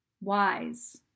Wise